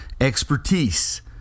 expertise